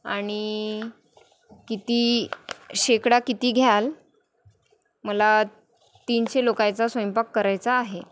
आणि किती शेकडा किती घ्याल मला तीनशे लोकायचा स्वयंपाक करायचा आहे